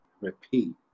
repeat